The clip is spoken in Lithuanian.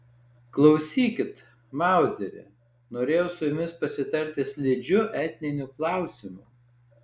klausykit mauzeri norėjau su jumis pasitarti slidžiu etniniu klausimu